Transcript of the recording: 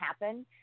happen